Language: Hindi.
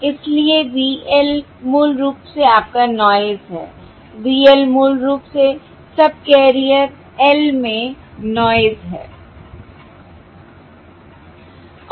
इसलिए V l मूल रूप से आपका नॉयस है V l मूल रूप से सबकैरियर l में नॉयस है